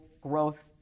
growth